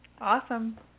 Awesome